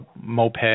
moped